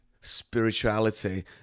spirituality